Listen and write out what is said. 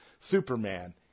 Superman